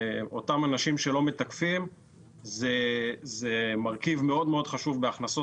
אותם אנשים שלא מתקפים זה מרכיב מאוד מאוד חשוב בהכנסות